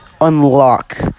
Unlock